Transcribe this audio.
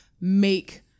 make